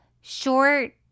short